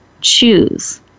choose